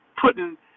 putting